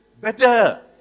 better